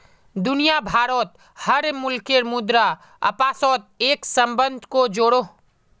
दुनिया भारोत हर मुल्केर मुद्रा अपासोत एक सम्बन्ध को जोड़ोह